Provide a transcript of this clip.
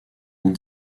ont